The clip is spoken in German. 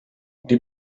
die